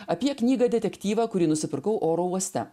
apie knygą detektyvą kurį nusipirkau oro uoste